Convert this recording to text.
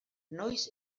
noiz